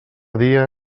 dia